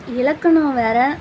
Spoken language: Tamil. இலக்கணம் வேறு